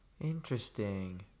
interesting